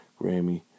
Grammy